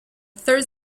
third